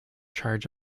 charge